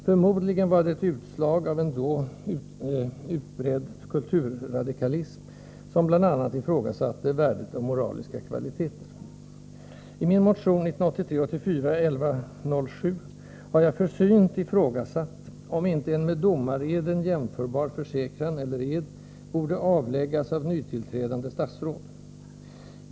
Förmodligen var det ett utslag av en då utbredd kulturradikalism, som bl.a. ifrågasatte värdet av moraliska kvaliteter. I min motion 1983/84:1107 har jag försynt frågat om inte ”en med domareden jämförbar försäkran eller ed” borde avläggas av nytillträdande statsråd.